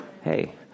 Hey